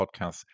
podcasts